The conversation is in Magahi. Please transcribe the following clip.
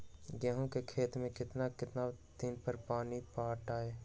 गेंहू के खेत मे कितना कितना दिन पर पानी पटाये?